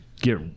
get